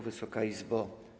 Wysoka Izbo!